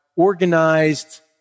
organized